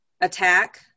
attack